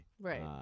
Right